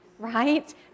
right